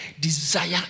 desire